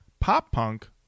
pop-punk